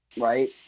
Right